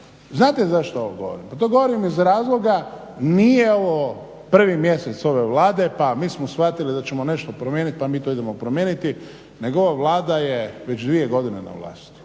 Znate zašto ovo govorim. Pa to govorim iz razloga nije ovo prvi mjesec ove Vlade pa mi smo shvatili da ćemo nešto promijeniti pa mi to idemo promijeniti nego ova Vlada je već dvije godine na vlasti.